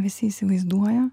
visi įsivaizduoja